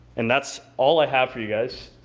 and that's all i have for you guys.